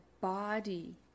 body